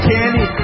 Candy